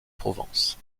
provence